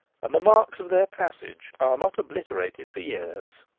and the marks of their passage are not obliterated for years.